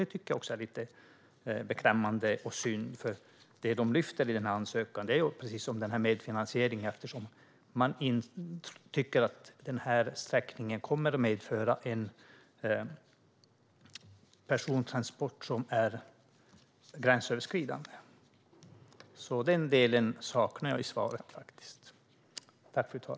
Det tycker jag är lite beklämmande och synd, för det som man lyfter i frågan handlar om medfinansieringen eftersom man tycker att sträckningen kommer att medföra gränsöverskridande persontransport. Den delen saknar jag i ministerns svar.